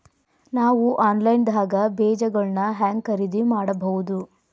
ನಾವು ಆನ್ಲೈನ್ ದಾಗ ಬೇಜಗೊಳ್ನ ಹ್ಯಾಂಗ್ ಖರೇದಿ ಮಾಡಬಹುದು?